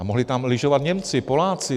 A mohli tam lyžovat Němci, Poláci.